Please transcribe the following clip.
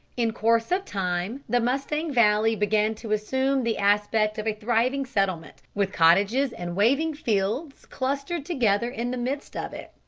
in course of time the mustang valley began to assume the aspect of a thriving settlement, with cottages and waving fields clustered together in the midst of it.